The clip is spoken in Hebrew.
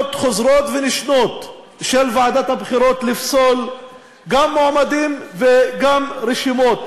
חוזרות ונשנות של ועדת הבחירות לפסול גם מועמדים וגם רשימות